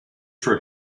for